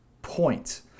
Point